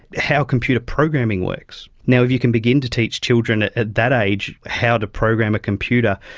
how computer programming works. now, if you can begin to teach children at at that age how to program a computer,